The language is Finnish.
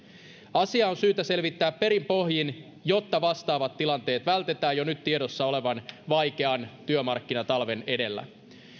asia on syytä selvittää perin pohjin jotta vastaavat tilanteet vältetään jo nyt tiedossa olevan vaikean työmarkkinatalven edellä